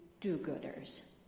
do-gooders